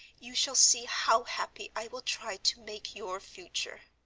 you shall see how happy i will try to make your future.